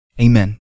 Amen